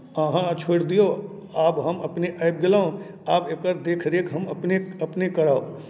अहाँ छोड़ि दियौ आब हम अपने आबि गेलहुँ आब एकर देखरेख हम अपने अपने करब